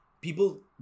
people